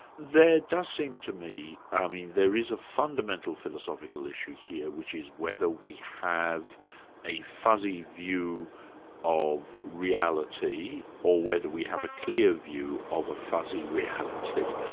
there does seem to me, i ah mean there is a fundamental philosophical issue here which is whether we have a fuzzy view of reality, or whether we have a clear view of a fuzzy reality.